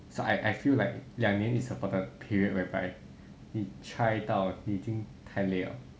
so I I feel like 两年 is about the period whereby 你 try 到你已经太累了